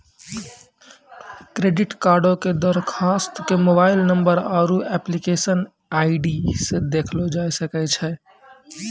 credit कार्डो के दरखास्त के मोबाइल नंबर आरु एप्लीकेशन आई.डी से देखलो जाय सकै छै